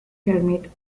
hermit